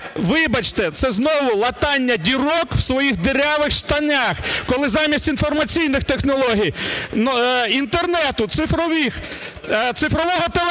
вибачте, це знову латання дірок у своїх дірявих штанях, коли замість інформаційних технологій, Інтернету, цифрових...